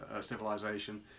civilization